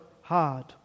hard